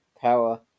power